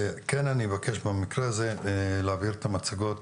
כן אני מבקש במקרה הזה להעביר את המצגות